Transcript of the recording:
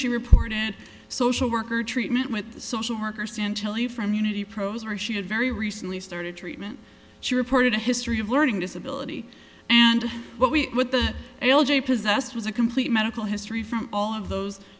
she reported social worker treatment with the social workers in chile from unity pros where she had very recently started treatment she reported a history of learning disability and what we what the l j possessed was a complete medical history from all of those